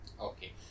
Okay